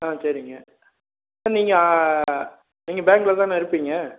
ஆ சரிங்க நீங்கள் நீங்கள் பேங்க்கில் தானே இருப்பீங்க